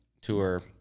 tour